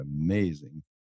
amazing